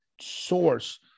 source